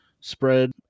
spread